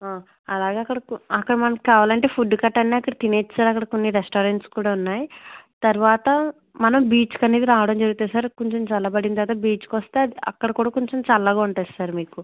అలాగా అక్కడ అక్కడ మనకి కావాలి అంటే అంటే ఫుడ్ గట్టన్నా అనేది అక్కడ తినేయవచ్చు సార్ అక్కడ కొన్ని రెస్టారెంట్స్ కూడా ఉన్నాయి తరువాత మనం బీచ్కి అనేది రావడం జరుగుతుంది సార్ కొంచెం చల్లబడిన తరువాత బీచ్కి వస్తే అక్కడ కూడా కొంచెం చల్లగా ఉంటుంది సార్ మీకు